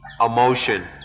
emotion